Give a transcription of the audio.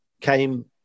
came